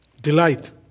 delight